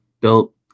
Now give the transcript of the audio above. built